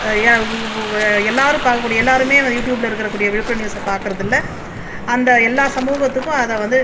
யா உ எல்லாரும் பார்க்கக்கூடிய எல்லாருமே யூட்டியூப்ல இருக்குற கூடிய விழுப்புரம் நியூஸில் பார்க்கறதில்ல அந்த எல்லா சமூகத்துக்கும் அதை வந்து